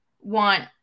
want